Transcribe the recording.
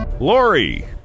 Lori